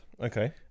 okay